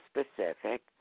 specific